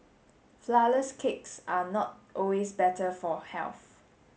flourless cakes are not always better for health